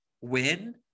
win